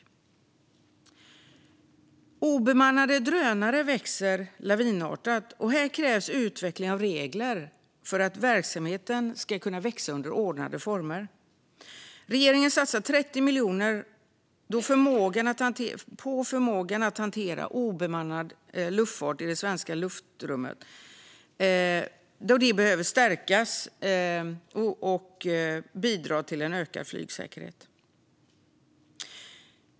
Antalet obemannade drönare växer lavinartat, och här krävs utveckling av regler för att verksamheten ska kunna växa under ordnade former. Regeringen satsar 30 miljoner på förmågan att hantera obemannad luftfart i det svenska luftrummet, då det behöver stärkas och bidrar till en ökad flygsäkerhet.